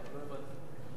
לא הבנתי.